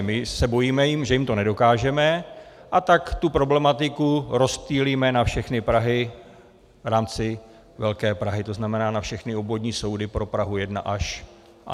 My se bojíme, že jim to nedokážeme, a tak tu problematiku rozptýlíme na všechny Praha v rámci velké Prahy, to znamená na všechny obvodní soudy pro Prahu 1 až...